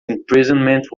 imprisonment